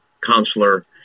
counselor